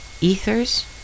ethers